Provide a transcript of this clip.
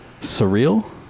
Surreal